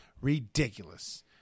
ridiculous